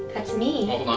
that's me.